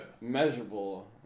measurable